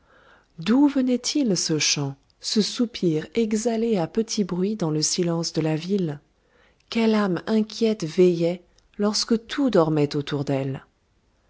d'où venait-il ce chant ce soupir exhalé à petit bruit dans le silence de la ville quelle âme inquiète veillait lorsque tout dormait autour d'elle